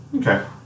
Okay